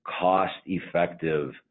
cost-effective